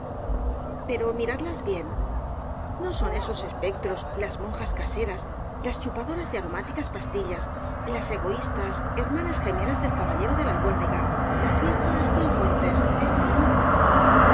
pero miradlas bien no son esos espectros las monjas caseras las chupadoras de aromáticas pastillas las egoístas hermanas gemelas del caballero de la albuérniga las viejas cienfuentes en fin